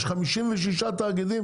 יש 56 תאגידים,